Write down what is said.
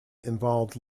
involved